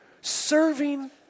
Serving